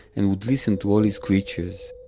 and would listen to all his creatures.